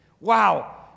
Wow